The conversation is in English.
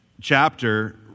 chapter